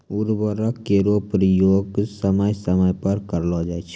उर्वरक केरो प्रयोग समय समय पर करलो जाय छै